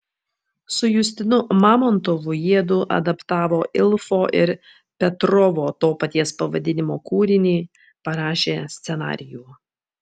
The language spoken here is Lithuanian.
su justinu mamontovu jiedu adaptavo ilfo ir petrovo to paties pavadinimo kūrinį parašė scenarijų